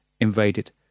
invaded